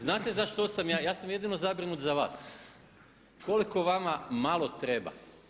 Znate za što sam ja, ja sam jedino zabrinut za vas, koliko vama malo treba.